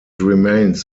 remains